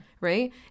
Right